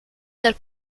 dal